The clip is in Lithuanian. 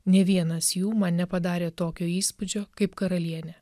nė vienas jų man nepadarė tokio įspūdžio kaip karalienė